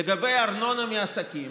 לגבי ארנונה מעסקים,